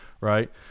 Right